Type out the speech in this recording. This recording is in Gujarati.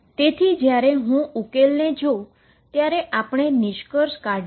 તેથી જ્યારે હું ઉકેલને જોઉં છું ત્યારે આપણે જે નિષ્કર્ષ કાઢીએ છીએ તે આ છે